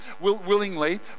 willingly